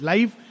Life